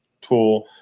tool